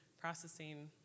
processing